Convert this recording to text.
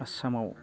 आसामाव